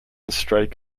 strike